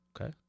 Okay